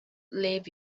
leave